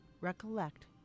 recollect